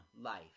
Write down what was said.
life